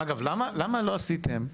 למה לא עשיתם אולפן,